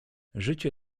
życie